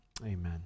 Amen